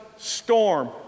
storm